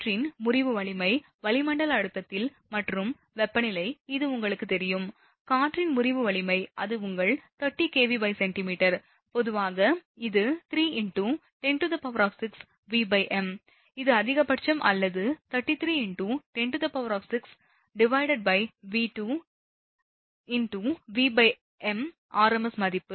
காற்றின் முறிவு வலிமை வளிமண்டல அழுத்தத்தில் மற்றும் வெப்பநிலை இது உங்களுக்கு தெரியும் காற்றின் முறிவு வலிமை அது உங்கள் 30 kVcm பொதுவாக இது 3 × 106 Vm இது அதிகபட்சம் அல்லது 33 × 106V2Vm rms மதிப்பு